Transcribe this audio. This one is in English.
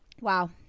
Wow